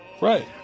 Right